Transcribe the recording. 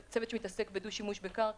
צוות שמתעסק בדו שימוש בקרקע,